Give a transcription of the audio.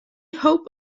hope